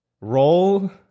Roll